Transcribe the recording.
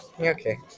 okay